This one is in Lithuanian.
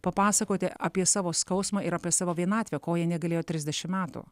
papasakoti apie savo skausmą ir apie savo vienatvę ko jie negalėjo trisdešim metų